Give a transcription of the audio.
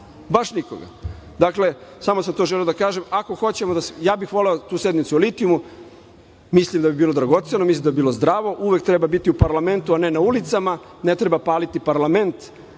baš nikoga. Dakle, samo sam to želeo da kažem. Ja bih voleo tu sednicu o litijumu, mislim da bi bilo dragoceno, mislim da bi bilo zdravo, uvek treba biti u parlamentu, a ne na ulicama, ne treba paliti parlament,